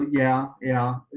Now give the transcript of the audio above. yeah, yeah.